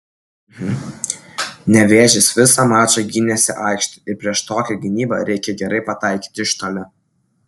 nevėžis visą mačą gynėsi aikšte ir prieš tokią gynybą reikia gerai pataikyti iš toli